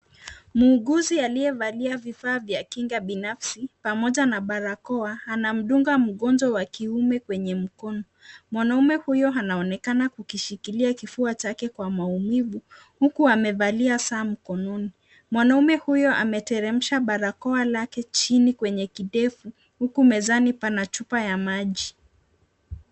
Muuguzi aliyevalia vifaa vya kinga binafsi pamoja na barakoa, anamdunga mgonjwa wa kiume kwenye mkono, mwanaume huyo anaonekana kukishikilia kifua chake kwa maumivu huku amevalia saa mkononi, mwanaume huyo ameteremsha barakoa lake chini kwenye kidevu, huku mezani pana chupa ya maji.